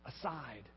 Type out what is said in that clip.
aside